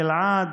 גלעד,